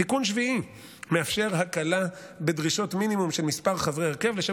תיקון שביעי מאפשר הקלה בדרישות מינימום של מספר חברי הרכב לשם